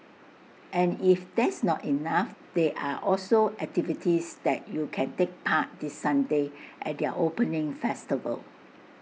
and if that's not enough there are also activities that you can take part this Sunday at their opening festival